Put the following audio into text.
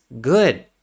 good